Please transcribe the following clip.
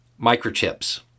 Microchips